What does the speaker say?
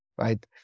right